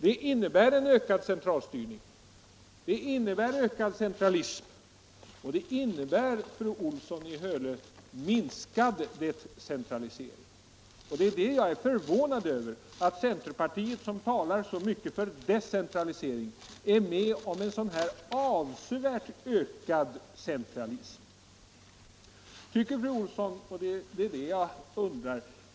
De innebär en ökad centralstyrning, de innebär ökad centralism och de innebär, fru Olsson i Hölö, minskad decentralisering. Jag är förvånad över att centerpartiet, som talar så mycket om decentralisering, är med om en sådan här avsevärt ökad centralisering.